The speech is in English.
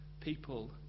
people